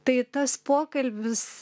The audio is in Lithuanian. tai tas pokalbis